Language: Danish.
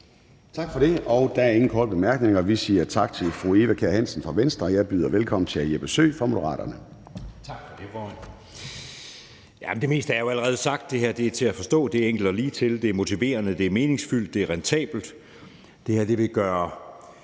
Tak for det. Der er ingen korte bemærkninger, og vi siger tak til fru Eva Kjer Hansen fra Venstre. Og jeg byder velkommen til hr. Jeppe Søe fra Moderaterne. Kl. 13:43 (Ordfører) Jeppe Søe (M): Tak for det, formand. Det meste er jo allerede sagt. Det her er til at forstå, det er enkelt og ligetil, det er motiverende, det er meningsfyldt, det er rentabelt. Det her vil gøre